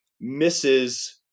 misses